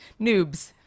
Noobs